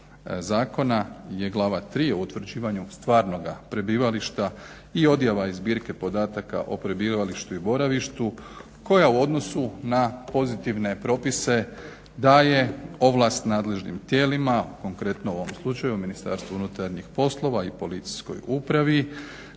zakona je glava 3.o utvrđivanju stvarnoga prebivališta i odjava iz zbirke podataka o prebivalištu i boravištu koja u odnosu na pozitivne propise daje ovlasti nadležnim tijelima, konkretno u ovom slučaju MUP-a i policijskoj upravi